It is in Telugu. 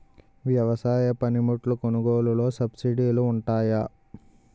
వ్యవసాయ పనిముట్లు కొనుగోలు లొ సబ్సిడీ లు వుంటాయా?